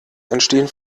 entstehen